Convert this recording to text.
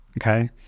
okay